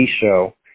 show